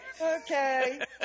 Okay